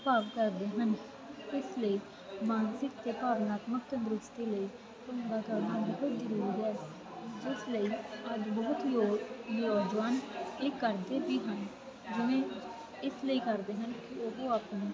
ਭਾਵ ਕਰਦੇ ਹਨ ਇਸ ਲਈ ਮਾਨਸਿਕ ਅਤੇ ਭਾਵਨਾਤਮਕ ਤੰਦਰੁਸਤੀ ਲਈ ਭੰਗੜਾ ਕਰਨਾ ਬਹੁਤ ਜ਼ਰੂਰੀ ਹੈ ਜਿਸ ਲਈ ਅੱਜ ਬਹੁਤ ਹੀ ਉਹ ਨੌਜਵਾਨ ਇਹ ਕਰਦੇ ਵੀ ਹਨ ਜਿਵੇਂ ਇਸ ਲਈ ਕਰਦੇ ਹਨ ਕਿ ਉਹ ਆਪਣੇ